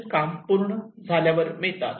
काम पूर्ण झाल्यावर मिळतात